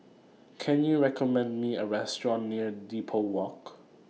Can YOU recommend Me A Restaurant near Depot Walk